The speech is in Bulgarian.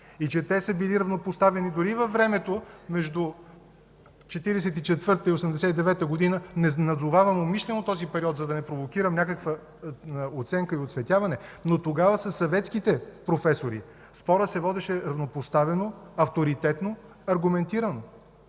и че те са били равнопоставени дори във времето между 1944 и 1989 г. Не назовавам умишлено този период, за да не провокирам някаква оценка и оцветяване, но тогава със съветските професори спорът се водеше равнопоставено, авторитетно, аргументирано.